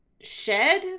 shed